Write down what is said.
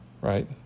Right